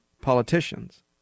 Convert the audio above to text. politicians